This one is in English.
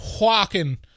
walking